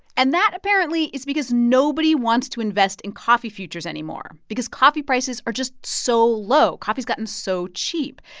and that apparently is because nobody wants to invest in coffee futures anymore because coffee prices are just so low. coffee has gotten so cheap.